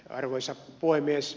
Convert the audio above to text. arvoisa puhemies